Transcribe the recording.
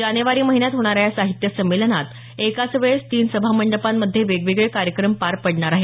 जानेवारी महिन्यात होणाऱ्या या साहित्य संमेलनात एकाच वेळेस तीन सभामंडपांमध्ये वेगवेगळे कार्यक्रम पार पडणार आहेत